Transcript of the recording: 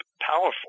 powerful